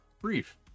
brief